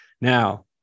Now